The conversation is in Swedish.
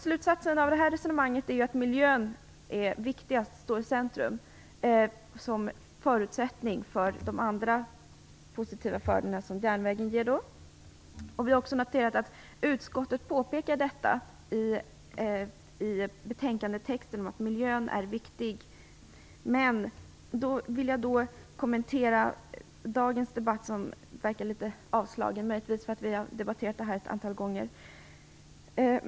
Slutsatsen av det här resonemanget är att miljön står i centrum. Den måste vara en förutsättning för andra positiva fördelar som järnvägen ger. Vi har också noterat att utskottet påpekar detta i betänkandet, att miljö är viktig. Jag vill då kommentera dagens debatt som verkar litet avslagen, möjligtvis för att vi har debatterat denna fråga ett antal gånger.